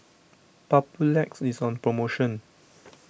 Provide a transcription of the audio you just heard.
Papulex is on promotion